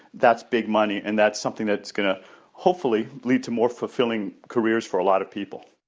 that's big money, and that's something that's going to hopefully lead to more fulfilling careers for a lot of people.